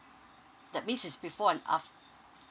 that means it's before and af~